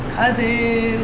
cousin